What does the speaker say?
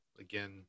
Again